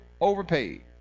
overpaid